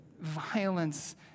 violence